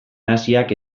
naziak